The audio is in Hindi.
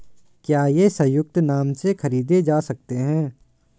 क्या ये संयुक्त नाम से खरीदे जा सकते हैं?